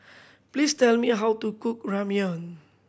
please tell me how to cook Ramyeon